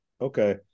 Okay